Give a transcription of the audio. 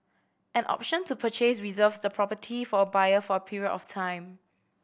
an option to purchase reserves the property for a buyer for a period of time